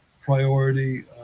priority